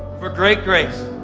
for great grace,